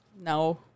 No